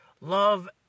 Love